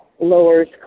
lowers